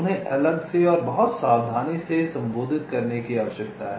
उन्हें अलग से और बहुत सावधानी से संबोधित करने की आवश्यकता है